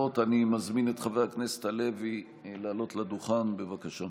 אני רוצה להודות לראשי כל סיעות הבית, בפרט לראשי